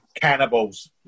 Cannibals